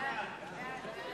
אדוני, ההצעה